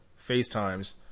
FaceTimes